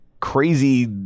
crazy